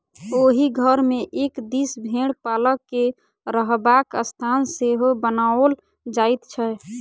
ओहि घर मे एक दिस भेंड़ पालक के रहबाक स्थान सेहो बनाओल जाइत छै